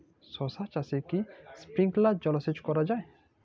শশা চাষে কি স্প্রিঙ্কলার জলসেচ করা যায়?